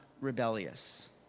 rebellious